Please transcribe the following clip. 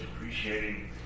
appreciating